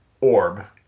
Orb